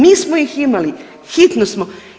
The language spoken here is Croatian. Nismo ih imali, hitno smo.